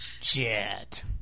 Jet